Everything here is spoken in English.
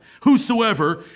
whosoever